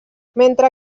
mentre